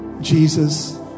Jesus